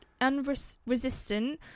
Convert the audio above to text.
unresistant